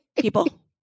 people